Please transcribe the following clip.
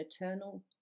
eternal